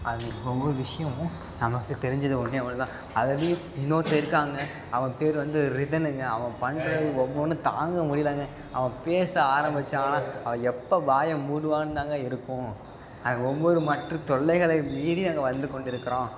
அது ஒவ்வொரு விஷயமும் நமக்கு தெரிஞ்சது ஒன்னே ஒன்னு தான் அதாவது இன்னொருத்தன் இருக்காங்க அவன் பேரு வந்து ரிதனுங்க அவன் பண்ணுறது ஒவ்வொன்னும் தாங்க முடியலங்க அவன் பேச ஆரம்பிச்சானா அவன் எப்போ வாய மூடுவான்னு தாங்க இருக்கும் ஒவ்வொரு மற்ற தொல்லைகளை மீறி நாங்கள் வந்து கொண்டிருக்கிறோம்